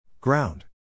Ground